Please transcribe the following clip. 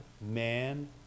man